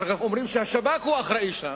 אומרים שהשב"כ אחראי שם,